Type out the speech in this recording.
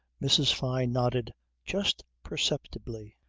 mrs. fyne nodded just perceptibly.